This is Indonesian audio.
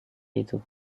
itu